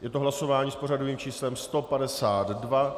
Je to hlasování s pořadovým číslem 152.